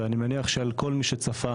ואני מניח שעל כל מי שצפה